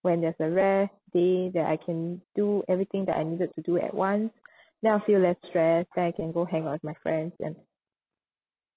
when there's a rest day that I can do everything that I needed to do at once then I feel less stressed then I can and go hang out with my friends and